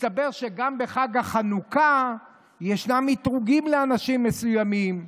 מסתבר שגם בחג החנוכה ישנם אִתרוגים לאנשים מסוימים.